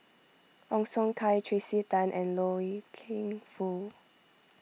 Ong Siong Kai Tracey Tan and Loy Keng Foo